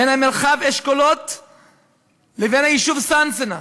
בין המרחב אשכולות לבין היישוב סנסנה,